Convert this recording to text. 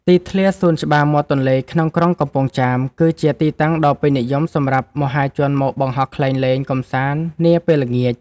ទីធ្លាសួនច្បារមាត់ទន្លេក្នុងក្រុងកំពង់ចាម គឺជាទីតាំងដ៏ពេញនិយមសម្រាប់មហាជនមកបង្ហោះខ្លែងលេងកម្សាន្តនាពេលល្ងាច។